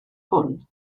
hwn